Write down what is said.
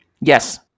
Yes